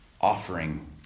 offering